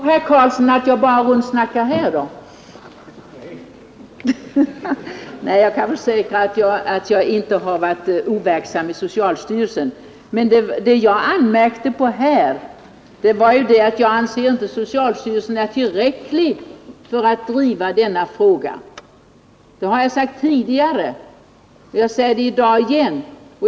Herr talman! Tror herr Karlsson i Huskvarna att det bara är här jag rundsnackar? Jag kan försäkra, att jag inte varit overksam i socialstyrelsen, men vad jag anmärkte här var ju att jag inte anser att det räcker att överlämna till socialstyrelsen att driva denna fråga. Det har jag sagt tidigare, och jag säger det i dag igen.